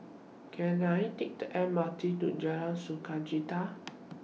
Can I Take The M R T to Jalan Sukachita